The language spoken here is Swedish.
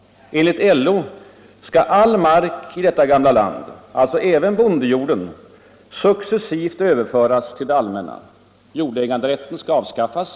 Enligt LO skall all mark i detta gamla land — alltså även bondejorden — successivt överföras till det allmänna. Jordäganderätten skall avskaffas.